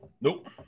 Nope